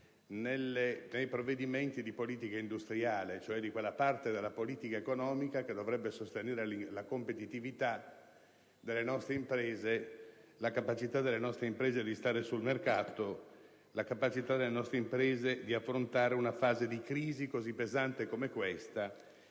tra quelli di politica industriale, cioè di quella parte della politica economica che dovrebbe sostenere la competitività delle nostre imprese, la capacità delle nostre imprese di stare sul mercato e di affrontare una fase di crisi così pesante come l'attuale,